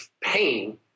pain